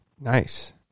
nice